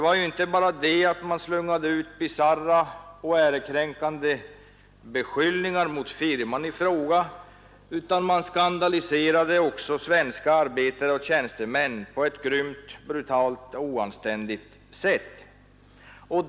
Man inte bara slungade ut bisarra och ärekränkande beskyllningar mot firman i fråga, utan man skandaliserade också svenska arbetare och tjänstemän på ett grymt, brutalt och oanständigt sätt.